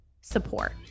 support